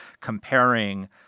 comparing